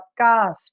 podcast